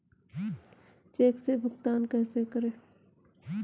Check से भुगतान कैसे करें?